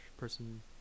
Person